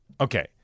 Okay